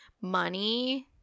money